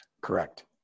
Correct